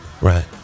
Right